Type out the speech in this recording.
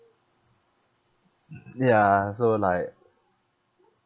ya so like